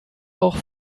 auch